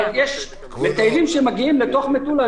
אבל יש מטיילים שמגיעים למטולה,